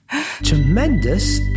Tremendous